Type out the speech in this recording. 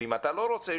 ואם אתה לא רוצה,